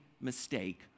mistake